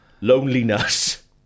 Loneliness